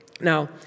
Now